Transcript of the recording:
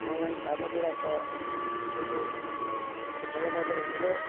online କାମଗୁଡ଼ାକ ସବୁ ଭଲ ଭାବରେ ହେବ